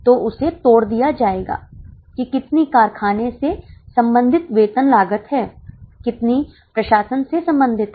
तो आइए सूची दें कि अर्ध परिवर्तनीय लागत क्या है